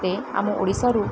ଆମ ଓଡ଼ିଶାରୁ